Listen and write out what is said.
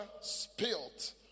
spilt